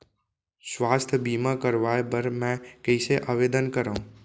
स्वास्थ्य बीमा करवाय बर मैं कइसे आवेदन करव?